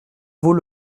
vaux